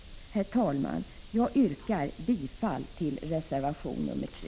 Herr talman! Jag yrkar bifall till reservation 3.